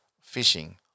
fishing